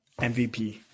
MVP